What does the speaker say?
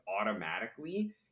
automatically